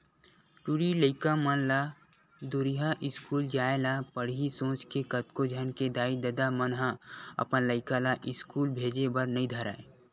टूरी लइका मन ला दूरिहा इस्कूल जाय ल पड़ही सोच के कतको झन के दाई ददा मन ह अपन लइका ला इस्कूल भेजे बर नइ धरय